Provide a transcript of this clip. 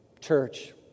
church